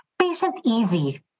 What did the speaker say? patient-easy